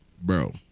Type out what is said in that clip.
bro